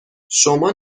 شما